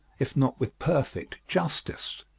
if not with perfect, justice.